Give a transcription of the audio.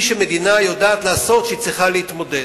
שמדינה יודעת לעשות כשהיא צריכה להתמודד.